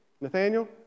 Nathaniel